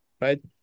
right